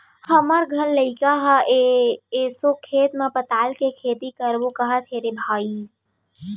हमर घर लइका ह एसो खेत म पताल के खेती करबो कहत हे रे भई